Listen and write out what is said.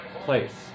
place